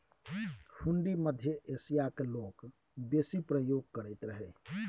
हुंडी मध्य एशियाक लोक बेसी प्रयोग करैत रहय